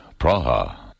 Praha